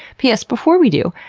p s. before we do,